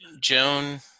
joan